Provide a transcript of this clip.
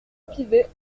pivet